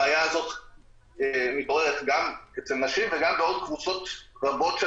הבעיה הזאת מתעוררת גם אצל נשים וגם בעוד קבוצות רבות של